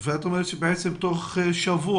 ואת אומרת שתוך שבוע,